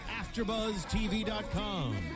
AfterbuzzTV.com